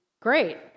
Great